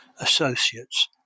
associates